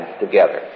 together